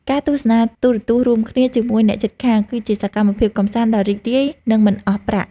ការទស្សនាទូរទស្សន៍រួមគ្នាជាមួយអ្នកជិតខាង គឺជាសកម្មភាពកម្សាន្តដ៏រីករាយនិងមិនអស់ប្រាក់។